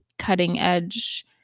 cutting-edge